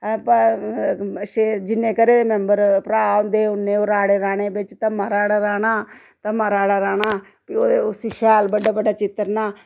जिन्ने घरें दे मैंबर भ्राऽ होंदे ऐ उ'न्ने ओह् राह्ड़े राह्ने बिच्च धम्मां राह्ड़ा राह्ना धम्मां राह्ड़ा राह्ना फ्ही उसी शैल बड्डा बड्डा चित्तरना